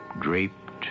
draped